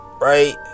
Right